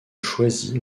choisi